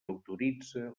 autoritze